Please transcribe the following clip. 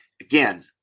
Again